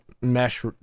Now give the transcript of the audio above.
mesh